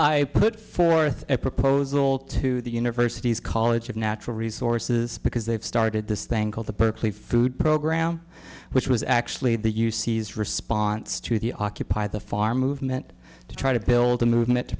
i put forth a proposal to the university's college of natural resources because they've started this thing called the purply food program which was actually the you sees response to the occupy the far movement to try to build a movement to